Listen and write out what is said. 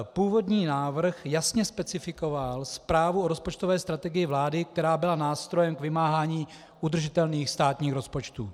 Původní návrh jasně specifikoval zprávu o rozpočtové strategii vlády, která byla nástrojem k vymáhání udržitelných státních rozpočtů.